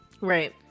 Right